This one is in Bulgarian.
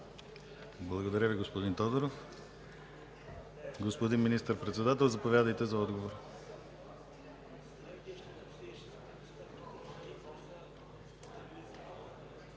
Благодаря Ви, господин Тодоров. Господин Министър-председател, заповядайте за отговор.